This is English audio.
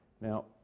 Now